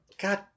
god